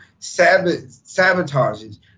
sabotages